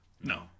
No